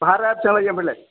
भाराया बिसिबां लायो ओमफ्रायलाय